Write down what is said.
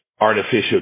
artificial